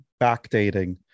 backdating